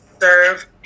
Serve